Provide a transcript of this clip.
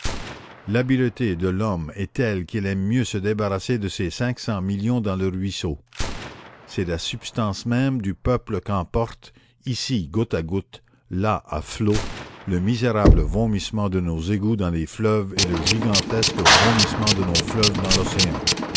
l'habileté de l'homme est telle qu'il aime mieux se débarrasser de ces cinq cents millions dans le ruisseau c'est la substance même du peuple qu'emportent ici goutte à goutte là à flots le misérable vomissement de nos égouts dans les fleuves et le gigantesque vomissement de nos fleuves dans l'océan